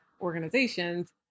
organizations